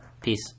peace